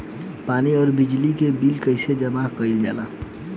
पानी और बिजली के बिल कइसे जमा कइल जाला?